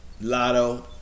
lotto